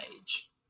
Age